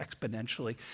exponentially